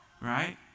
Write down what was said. right